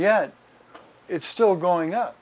yet it's still going up